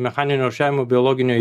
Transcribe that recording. mechaninio rūšiavimo biologinio